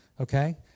Okay